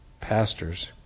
pastors